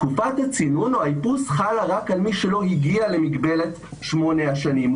תקופת הצינון או האיפוס חלה רק על מי שלא הגיע למגבלת שמונה השנים.